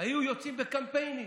היו יוצאים בקמפיינים,